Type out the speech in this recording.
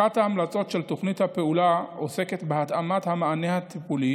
אחת ההמלצות של תוכנית הפעולה עוסקת בהתאמת המענה הטיפולי